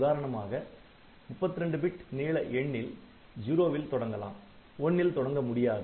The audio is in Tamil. உதாரணமாக 32 பிட் நீள எண்ணில் '0' இல் தொடங்கலாம் '1' இல் தொடங்க முடியாது